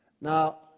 Now